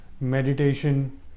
meditation